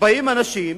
באים אנשים